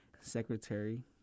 secretary